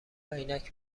عینک